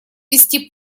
вести